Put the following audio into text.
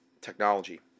technology